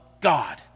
God